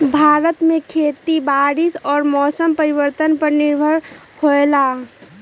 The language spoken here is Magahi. भारत में खेती बारिश और मौसम परिवर्तन पर निर्भर होयला